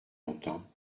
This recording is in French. longtemps